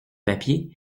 papiers